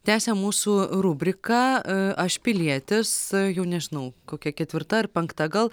tęsiam mūsų rubriką aš pilietis jau nežinau kokia ketvirta ar penkta gal